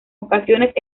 ocasiones